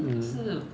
mm